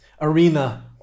arena